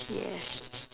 yeah